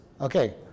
okay